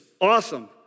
awesome